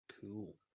cool